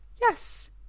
Yes